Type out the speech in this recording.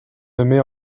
nommée